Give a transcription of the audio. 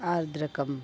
आर्द्रकम्